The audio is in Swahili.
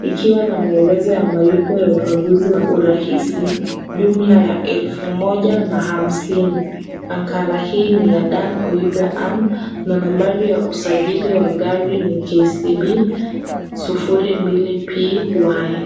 ikiwa na maelezo ya malipo ya ukaguzi wa urahisi, jumla ya elfu moja na hamsini. Ankara hii ni ya Dan Oyuga Anne na nambari ya usajili wa gari ni KCB 029Y.